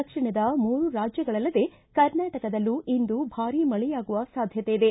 ದಕ್ಷಿಣದ ಮೂರು ರಾಜ್ದಗಳಲ್ಲದೇ ಕರ್ನಾಟಕದಲ್ಲೂ ಇಂದು ಭಾರೀ ಮಳೆಯಾಗುವ ಸಾಧ್ವತೆಯಿದೆ